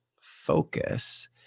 focus